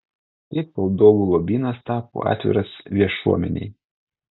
kaip valdovų lobynas tapo atviras viešuomenei